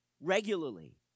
regularly